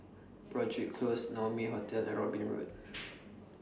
Broadrick Close Naumi Hotel and Robin Road